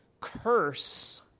curse